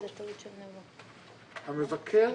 המבקר